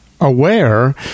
aware